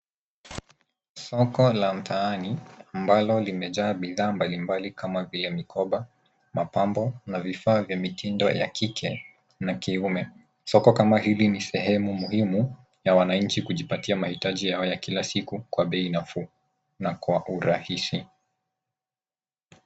Soko la mtaani ambalo limejaa bidhaa mbalimbali kama vile mikoba, mapambo na vifaa vya mitindo ya kike na kiume. Soko kama hili ni sehemu muhimu ya wananchi kujipatia mahitaji yao ya kila siku kwa bei nafuu na kwa urahisi.